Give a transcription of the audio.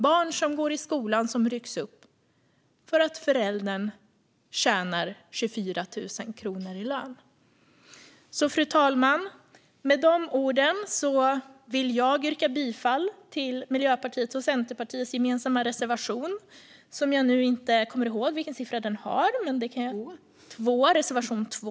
Barn som går i skolan rycks upp för att föräldern tjänar 24 000 kronor i lön. Fru talman! Med de orden vill jag yrka bifall till Miljöpartiets och Centerpartiets gemensamma reservation 2.